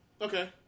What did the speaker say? Okay